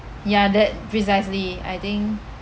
ya that precisely I think